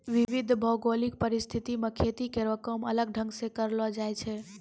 विविध भौगोलिक परिस्थिति म खेती केरो काम अलग ढंग सें करलो जाय छै